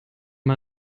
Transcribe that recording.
mal